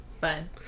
fun